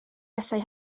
bethau